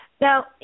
Now